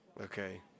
Okay